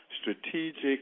strategic